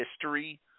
history –